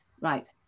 right